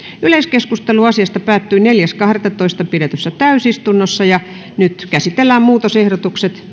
yleiskeskustelu asiasta päättyi neljäs kahdettatoista kaksituhattakahdeksantoista pidetyssä täysistunnossa nyt käsitellään muutosehdotukset